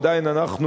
עדיין אנחנו,